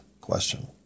question